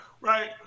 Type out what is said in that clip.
Right